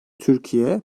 türkiye